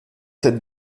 cette